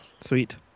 Sweet